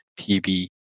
PB